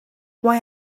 why